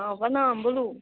हँ प्रणाम बोलू